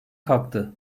kalktı